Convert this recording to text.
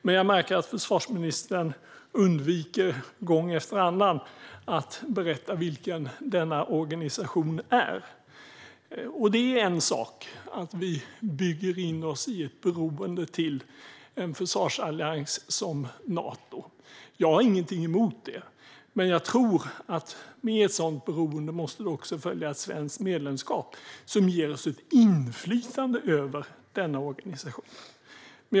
Men jag märker att förvarsministern undviker gång efter annan att berätta vilken denna organisation är. Det är en sak att vi bygger in oss i ett beroende till en försvarsallians som Nato. Jag har ingenting emot det. Men jag tror att med ett sådant beroende måste det också följa ett svenskt medlemskap som ger oss ett inflytande över denna organisation.